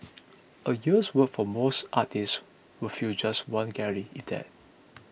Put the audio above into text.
a year's work for most artists would fill just one gallery if that